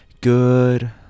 Good